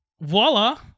Voila